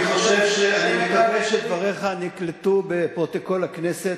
אני מקווה שדבריך נקלטו בפרוטוקול הכנסת,